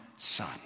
son